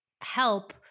help